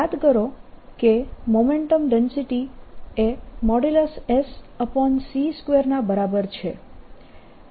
યાદ કરો કે મોમેન્ટમ ડેન્સિટીએ |S|c2 ના બરાબર છે